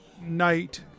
night